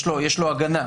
יש לו הגנה.